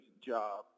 job